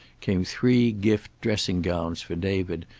came three gift dressing-gowns for david,